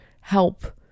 help